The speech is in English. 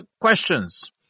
questions